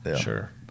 Sure